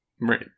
Right